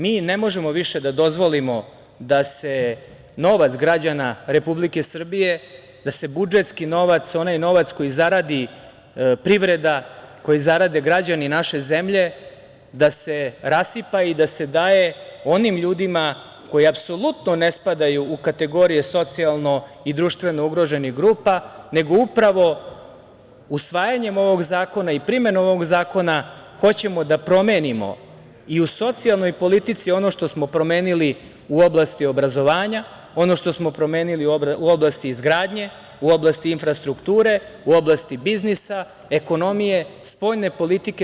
Mi ne možemo više da dozvolimo da se novac građana Republike Srbije, da se budžetski novac, onaj novac koji zaradi privreda, koji zarade građani naše zemlje rasipa i daje onim ljudima koji apsolutno ne spadaju u kategorije socijalno i društveno ugroženih grupa, nego upravo usvajanjem ovog zakona i primenom ovog zakona hoćemo da promenimo i u socijalnoj politici ono što smo promenili u oblasti obrazovanja, ono što smo promenili u oblasti izgradnje, u oblasti infrastrukture, u oblasti biznisa, ekonomije, spoljne politike.